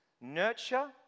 nurture